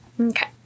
Okay